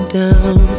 down